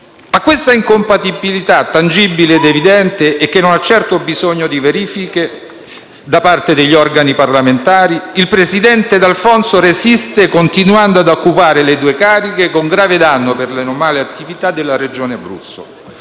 A questa incompatibilità tangibile ed evidente, che non ha certo bisogno di verifiche da parte degli organi parlamentari, il presidente D'Alfonso resiste continuando ad occupare le due cariche con grave danno per la normale attività della Regione Abruzzo.